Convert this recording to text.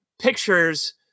pictures